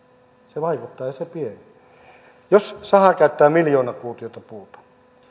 se vaikuttaa ja se pienenee jos saha käyttää miljoona kuutiota puuta